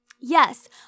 Yes